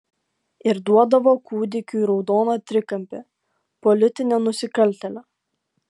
ir duodavo kūdikiui raudoną trikampį politinio nusikaltėlio